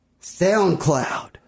SoundCloud